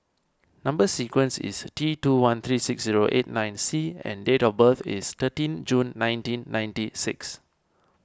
Number Sequence is T two one three six zero eight nine C and date of birth is thirteen June nineteen ninety six